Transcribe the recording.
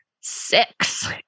six